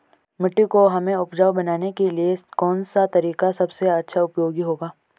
मिट्टी को हमें उपजाऊ बनाने के लिए कौन सा तरीका सबसे अच्छा उपयोगी होगा?